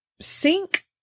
sink